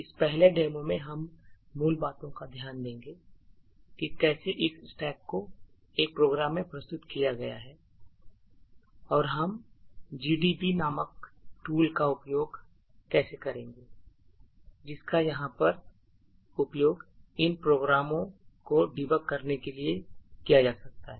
इस पहले डेमो में हम मूल बातों पर ध्यान देंगे कि कैसे इस स्टैक को एक प्रोग्राम में प्रस्तुत किया जाता है और हम gdb नामक tool का भी उपयोग करेंगे जिसका उपयोग इन प्रोग्रामों को debug करने के लिए किया जा सकता है